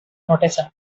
notation